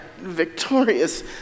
victorious